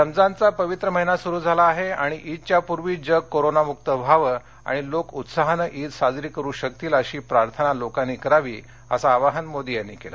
रमजानचा पवित्र महिना सुरु झाला आहे आणि ईदच्या पूर्वी जग कोरोनामुक्त व्हावे आणि लोक उत्साहाने ईद साजरी करु शकतील अशी प्रार्थना लोकांनी करावी असं आवाहन मोदी यांनी केलं